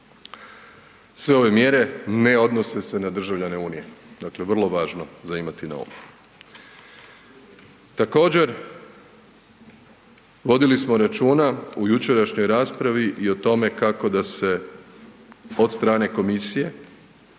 Sve ove mjere ne odnose se na državljane unije, dakle vrlo važno za imati na umu. Također vodili smo računa u jučerašnjoj raspravi i o tome kako da se od strane komisije